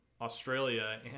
Australia